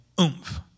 oomph